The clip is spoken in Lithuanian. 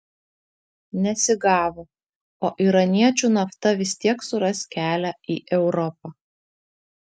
nesigavo o iraniečių nafta vis tiek suras kelią į europą